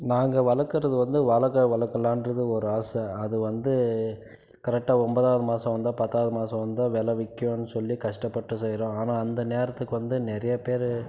நாங்கள் வளர்க்கறது வந்து வாழைக்காய் வளர்க்கலான்றது ஒரு ஆசை அது வந்து கரெக்டாக ஒன்போதாவது மாதம் வந்தால் பத்தாவது மாதம் வந்தால் வெலை விற்குன்னு சொல்லி கஷ்டப்பட்டு செய்கிறோம் ஆனால் அந்த நேரத்துக்கு வந்து நிறையா பேர்